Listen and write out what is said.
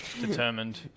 determined